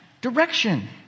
direction